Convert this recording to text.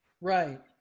right